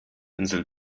insel